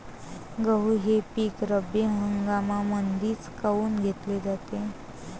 गहू हे पिक रब्बी हंगामामंदीच काऊन घेतले जाते?